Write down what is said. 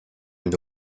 une